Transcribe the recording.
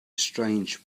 strange